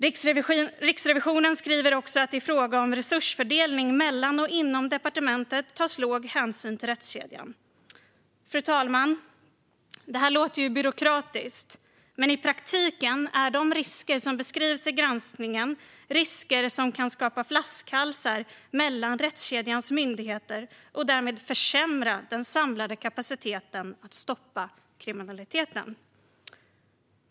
Riksrevisionen skriver också att det i fråga om resursfördelning mellan och inom departement tas låg hänsyn till rättskedjan. Fru talman! Det här låter ju byråkratiskt, men i praktiken är de risker som beskrivs i granskningen risker som kan skapa flaskhalsar mellan rättskedjans myndigheter och därmed försämra den samlade kapaciteten att stoppa kriminaliteten.